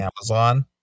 Amazon